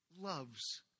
loves